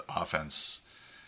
offense